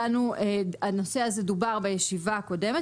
הנושא הזה דובר בישיבה הקודמת,